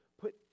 Put